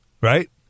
Right